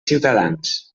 ciutadans